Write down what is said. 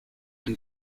and